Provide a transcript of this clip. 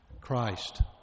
Christ